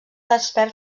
despert